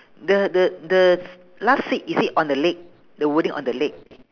the the the last seat is it on the leg the wording on the leg